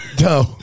No